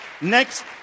Next